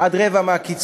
עד רבע מהקצבה,